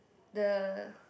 the